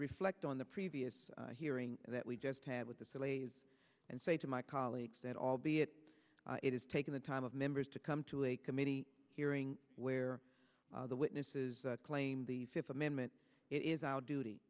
reflect on the previous hearing that we just had with the salafis and say to my colleagues that albeit it is taking the time of members to come to a committee hearing where the witnesses claim the fifth amendment it is our duty